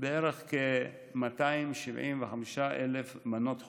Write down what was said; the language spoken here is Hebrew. בערך כ-275,000 מנות חודשיות.